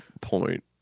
Point